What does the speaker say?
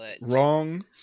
wrong